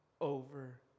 over